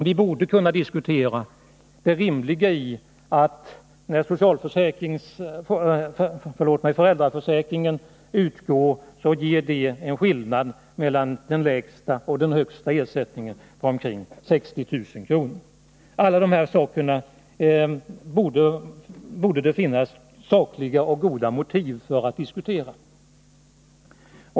Vi borde kunna diskutera om det är rimligt att skillnaden mellan den lägsta och den högsta ersättningen från föräldraförsäkringen är omkring 60 000 kr. Alla dessa frågor borde det finnas sakliga och goda motiv för att diskutera.